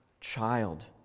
child